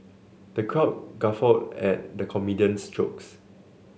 the crowd guffawed at the comedian's jokes